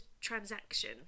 transaction